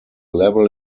level